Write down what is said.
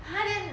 !huh! then